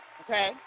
Okay